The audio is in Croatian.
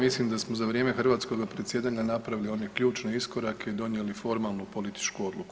Mislim da smo za vrijeme hrvatskoga predsjedanja napravili one ključne iskorake i donijeli formalnu političku odluku.